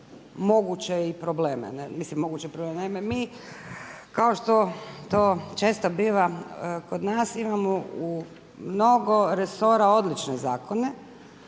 moguće probleme, naime mi kao što to često biva kod nas imamo u mnogo resora odlične zakone,